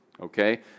okay